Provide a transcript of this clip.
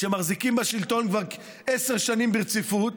שמחזיקים בשלטון כבר עשר שנים ברציפות,